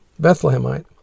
Bethlehemite